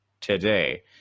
today